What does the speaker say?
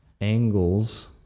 angles